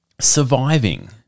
surviving